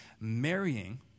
marrying